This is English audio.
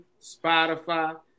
Spotify